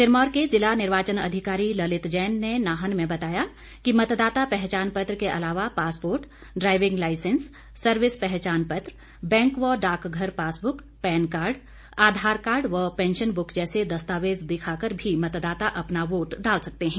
सिरमौर के जिला निर्वाचन अधिकारी ललित जैन ने नाहन में बताया कि मतदाता पहचान पत्र के अलावा पासपोर्ट ड्राइविंग लाइसेंस सर्विस पहचान पत्र बैंक व डाकघर पासबुक पैन कार्ड आधारकार्ड व पैंशन बुक जैसे दस्तावेज दिखाकर भी मतदाता अपना वोट डाल सकते हैं